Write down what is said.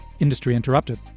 IndustryInterrupted